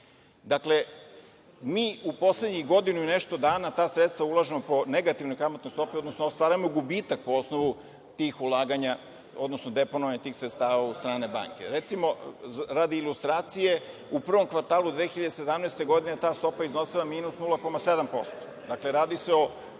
0%.Dakle, mi u poslednjih godinu i nešto dana ta sredstva ulažemo po negativnoj kamatnoj stopi, odnosno ostvarujemo gubitak po osnovu tih ulaganja, odnosno deponovanja tih sredstava u strane banke. Recimo, radi ilustracije, u prvom kvartalu 2017. godine ta stopa je iznosila -0,7%. Radi se o